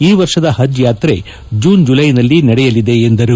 ಈ ವರ್ಷದ ಹಜ್ ಯಾತ್ರೆ ಜೂನ್ ಜುಲ್ವೆನಲ್ಲಿ ನಡೆಯಲಿದೆ ಎಂದರು